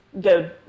go